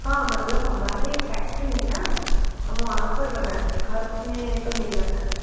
हाँ मतलब हमारी एक फैक्ट्री है ना हम वहाँ पर बनाते है घर मे तो नहीं बनाते